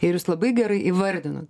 ir jūs labai gerai įvardinot